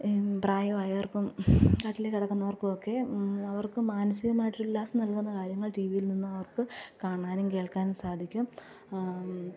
പ്രായമായവര്ക്കും കട്ടിലിൾ കിടക്കുന്നവര്ക്കുമൊക്കെ അവര്ക്ക് മാനസികമായിട്ട് ഉല്ലാസം നല്കുന്ന കാര്യങ്ങള് ടീ വിയില് നിന്നും അവര്ക്ക് കാണാനും കേള്ക്കാനും സാധിക്കും